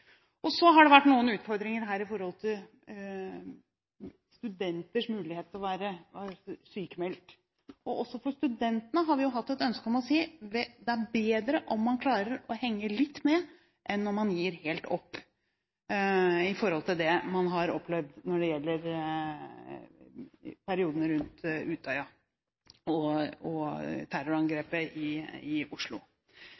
oppfordring. Så har det vært noen utfordringer her når det gjelder studenters mulighet til å være sykmeldt. Også for studentene har vi hatt et ønske om å si: Det er bedre om man klarer å henge litt med, enn om man gir helt opp – med tanke på det man har opplevd når det gjelder perioden rundt Utøya og